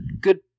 good